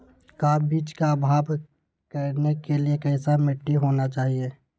का बीज को भाव करने के लिए कैसा मिट्टी होना चाहिए?